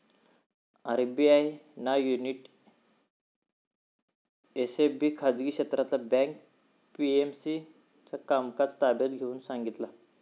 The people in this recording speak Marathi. आर.बी.आय ना युनिटी एस.एफ.बी खाजगी क्षेत्रातला बँक पी.एम.सी चा कामकाज ताब्यात घेऊन सांगितला